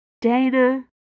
Dana